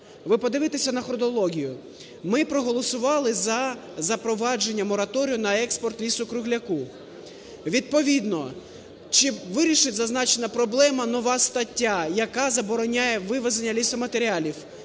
Ви подивіться на хронологію, ми проголосували за запровадження мораторію на експорт лісу-кругляка, відповідно чи вирішить зазначену проблему нова стаття, яка забороняє вивезення лісоматеріалів?